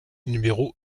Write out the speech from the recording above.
numéro